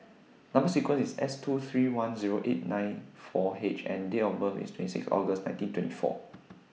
Number sequence IS S two three one Zero eight nine four H and Date of birth IS twenty six August nineteen twenty four